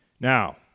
Now